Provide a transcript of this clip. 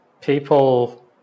people